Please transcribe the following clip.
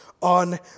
on